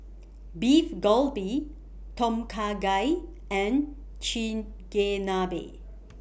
Beef Galbi Tom Kha Gai and Chigenabe